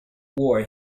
war